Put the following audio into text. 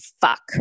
fuck